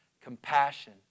compassion